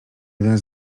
jeden